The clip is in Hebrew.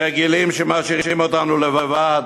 רגילים שמשאירים אותנו לבד,